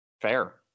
Fair